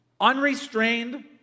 unrestrained